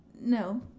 no